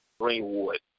Greenwood